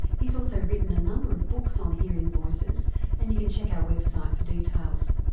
he's also written a number of books on hearing voices and you can check our website for details.